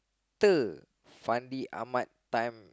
~ter Fandi-Ahmad time